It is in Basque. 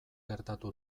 gertatu